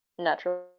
natural